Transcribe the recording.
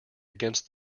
against